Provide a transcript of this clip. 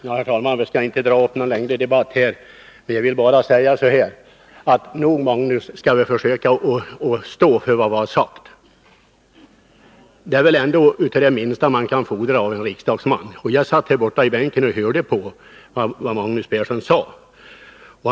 Herr talman! Vi skall inte dra upp någon längre debatt. Jag vill bara säga så här: Nog skall vi försöka stå för vad vi har sagt, Magnus Persson — det är väl ändå det minsta man kan fordra av en riksdagsman! Jag satt där borta i bänken och hörde på vad Magnus Persson sade.